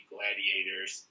Gladiators